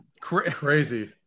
Crazy